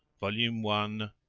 volume one,